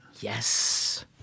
Yes